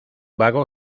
vago